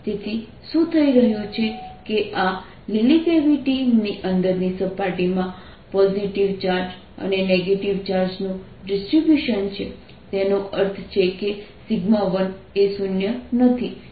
તેથી શું થઈ રહ્યું છે કે આ લીલી કેવિટીની અંદરની સપાટીમાં પોઝિટિવ ચાર્જ અને નેગેટિવ ચાર્જ નું ડિસ્ટ્રિબ્યુશન છે તેનો અર્થ છે કે 1 એ શૂન્ય નથી